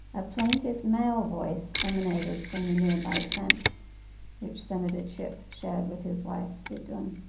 a plaintive male voice emanated from the nearby tent which senator chipp shared with his wife, idun.